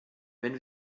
wenn